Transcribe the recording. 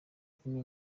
kumwe